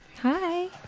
Hi